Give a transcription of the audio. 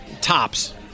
Tops